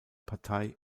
partei